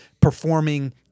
performing